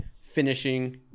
finishing